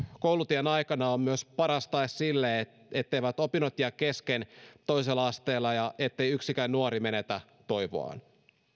koulutien aikana on myös paras tae sille etteivät opinnot jää kesken toisella asteella ja ettei yksikään nuori menetä toivoaan